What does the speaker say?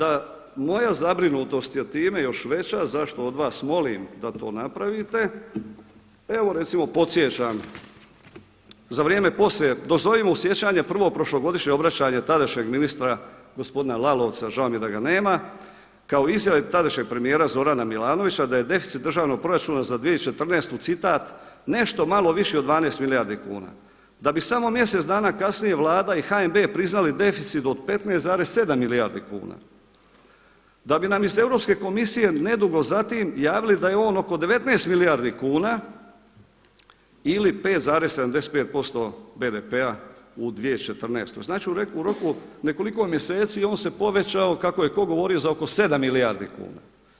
Ali evo da moja zabrinutost je time još veća zašto od vas molim da to napravite, evo recimo podsjećam, dozovimo u sjećanje prvo prošlogodišnje obraćanje tadašnjeg ministra gospodina Lalovca, žao mi je da ga nema, kao izjave tadašnjeg premijera Zorana Milanovića, da je deficit državnog proračuna za 2014. citat nešto malo viši od 12 milijardi kuna, da bi samo mjesec dana kasnije vlada i HNB priznali deficit od 15,7 milijardi kuna, da bi nam iz Europske komisije nedugo zatim javili da je on oko 19 milijardi kuna ili 5,75% BDP-a u 2014, znači u roku nekoliko mjeseci on se povećao kako je ko govorio za oko 7 milijardi kuna.